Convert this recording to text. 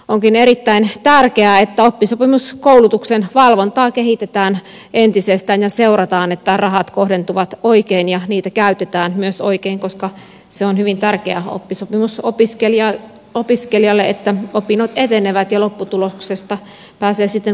onkin erittäin tärkeää että oppisopimuskoulutuksen valvontaa kehitetään entises tään ja seurataan että rahat kohdentuvat oikein ja niitä käytetään myös oikein koska se on hyvin tärkeää oppisopimusopiskelijalle että opinnot etenevät ja lopputuloksesta pääsee sitten valmistumaan ammattiin